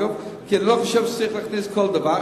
כי אני לא חושב שצריך להכניס שום דבר,